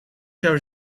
zou